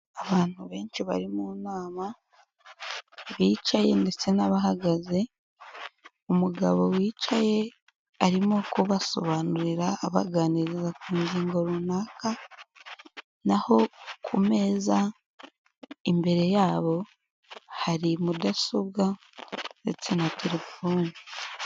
Abantu benshi bari mu nama bicaye ndetse n'abahagaze, umugabo wicaye arimo kubasobanurira, abaganiriza ku ngingo runaka naho ku meza imbere yabo hari mudasobwa ndetse na telefone.